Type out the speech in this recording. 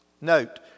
Note